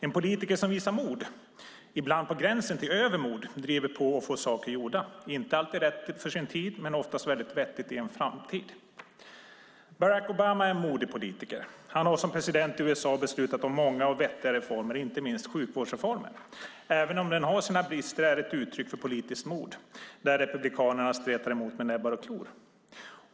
En politiker som visar mod, ibland på gränsen till övermod, driver på och får saker gjorda - inte alltid rätt för sin tid men oftast väldigt vettigt i en framtid. Barack Obama är en modig politiker. Han har som president i USA beslutat om många och vettiga reformer, inte minst sjukvårdsreformen. Även om den har sina brister är det ett uttryck för politiskt mod, där republikanerna stretar emot med näbbar och klor.